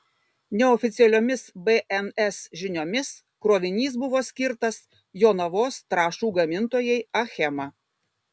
neoficialiomis bns žiniomis krovinys buvo skirtas jonavos trąšų gamintojai achema